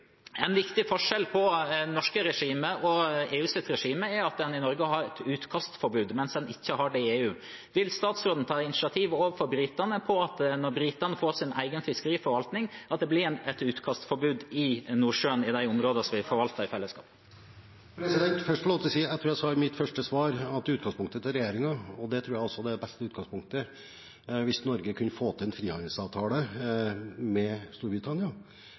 Vil statsråden ta initiativ overfor britene til at det, når de får sin egen fiskeriforvaltning, blir et utkastforbud i de områdene i Nordsjøen som vi forvalter i fellesskap? Først vil jeg få lov til å si at jeg tror jeg sa i mitt første svar at utgangspunktet til regjeringen – og det tror jeg også er det beste utgangspunktet – er at hvis Norge kunne få til en frihandelsavtale med Storbritannia